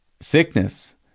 sickness